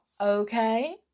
Okay